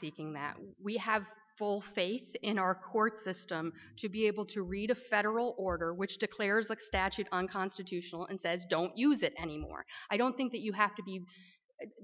seeking that we have full faith in our court system to be able to read a federal order which declares a statute unconstitutional and says don't use it anymore i don't think that you have to be